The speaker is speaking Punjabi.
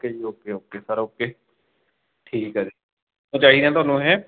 ਓਕੇ ਜੀ ਓਕੇ ਓਕੇ ਸਰ ਓਕੇ ਠੀਕ ਹੈ ਕਦੋਂ ਚਾਹੀਦੇ ਤੁਹਾਨੂੰ ਇਹ